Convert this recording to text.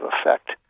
effect